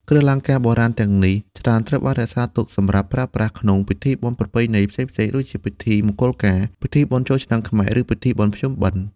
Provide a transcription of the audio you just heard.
គ្រឿងអលង្ការបុរាណទាំងនេះច្រើនត្រូវបានរក្សាទុកសម្រាប់ប្រើប្រាស់ក្នុង ពិធីបុណ្យប្រពៃណី ផ្សេងៗ ដូចជាពិធីមង្គលការ ពិធីបុណ្យចូលឆ្នាំខ្មែរ ឬពិធីបុណ្យភ្ជុំបិណ្ឌ។